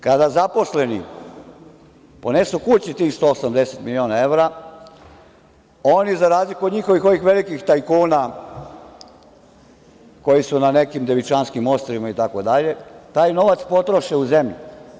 Kada zaposleni ponesu kući tih 180 miliona evra oni, za razliku od njihovih ovih velikih tajkuna koji su na nekim Devičanskim ostrvima i tako dalje, taj novac potroše u zemlji.